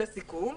לסיכום,